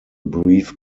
brief